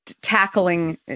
tackling